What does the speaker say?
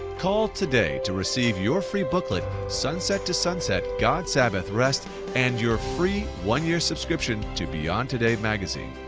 call today to receive your free booklet sunset to sunset god's sabbath rest and your free one-year subscription to beyond today magazine.